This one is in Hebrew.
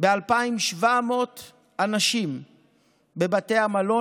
ב-2,700 אנשים בבתי המלון,